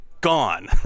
gone